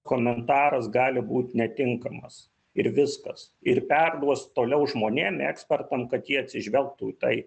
komentaras gali būt netinkamas ir viskas ir perduos toliau žmonėm ekspertam kad jie atsižvelgtų į tai